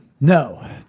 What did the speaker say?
No